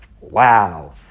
Wow